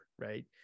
right